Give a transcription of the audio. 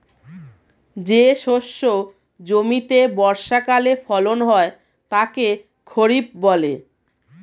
যে শস্য জমিতে বর্ষাকালে ফলন হয় তাকে খরিফ বলে